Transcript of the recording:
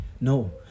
no